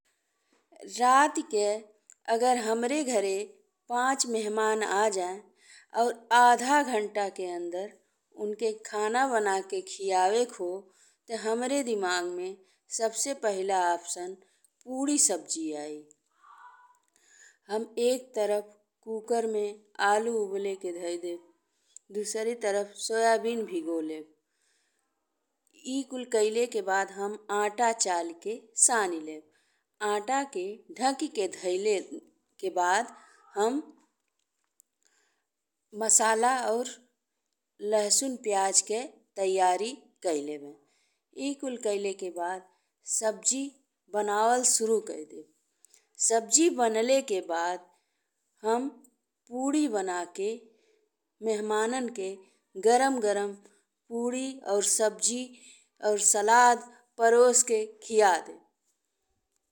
राति के अगर हमरे घर में पाँच मेहमान आ जाए और आधा घँटा के अंदर उनके खाना बनाके खियावक हो ते हमरे दिमाग में सबसे पहिला ऑप्शन पड़ी सब्जी आई। हम एक तरफ कूकर में आलू उबले के धइ देब, दुसरे तरफ सोयाबीन भिगो लेब। ई कुल कइले के बाद हम आटा चली के सानि लेब, आटा के ढाकी के धइले के बाद हम मसाला और लहसुन-प्याज के तैयारी कइ लेब। ई कुल कइले के बाद सब्जी बनावल सुरु कइ देब। सब्जी बनले के बाद हम पूड़ी बना के मेहमान के गरम-गरम पूड़ी और सब्जी और सलाद परोसी के खिया देब।